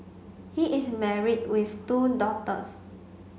he is married with two daughters